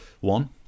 one